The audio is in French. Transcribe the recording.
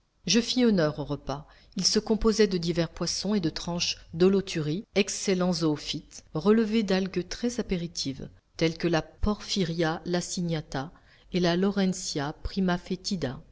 je fis honneur au repas il se composait de divers poissons et de tranches d'holoturies excellents zoophytes relevés d'algues très apéritives telles que la porphyria laciniata et la laurentia primafetida